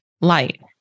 light